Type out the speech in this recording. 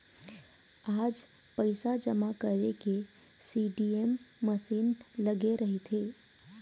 आज पइसा जमा करे के सीडीएम मसीन लगे रहिथे